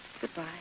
Goodbye